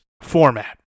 format